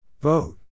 Vote